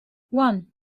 one